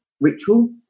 ritual